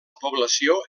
població